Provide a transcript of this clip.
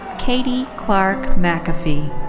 caty clark mcafee.